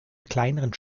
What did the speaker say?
kleineren